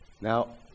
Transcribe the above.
Now